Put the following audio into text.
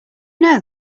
know